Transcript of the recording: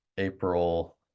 April